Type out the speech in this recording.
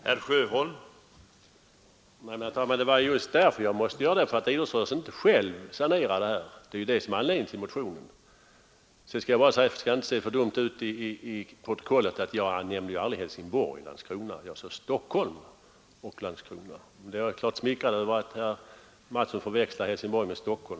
Herr talman! Men det var just därför att idrottsrörelsen inte själv sanerar förhållandena som jag måste göra en framställning! Det är detta som är anledningen till motionen. Sedan vill jag bara säga, för att det inte skall se så dumt ut i protokollet, att jag nämnde aldrig Helsingborg och Landskrona. Jag talade om Stockholm och Landskrona. Men jag är naturligtvis smickrad över att herr Mattsson i Lane-Herrestad förväxlar Helsingborg med Stockholm.